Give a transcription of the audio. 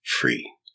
free